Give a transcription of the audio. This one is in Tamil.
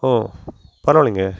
ஓ பரவாயில்லைங்க